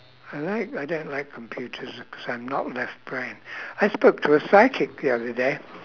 I like I don't like computers because I'm not left brained I spoke to a psychic the other day